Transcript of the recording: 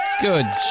good